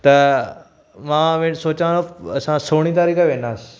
त मां वरी सोचां असां सोहरीं तारीख़ वेंदासीं